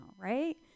right